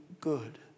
good